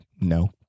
no